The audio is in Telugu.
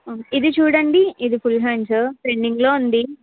ఇది చూడండి ఇది ఫుల్ హాండ్స్ ట్రెండింగ్లో ఉంది